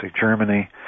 Germany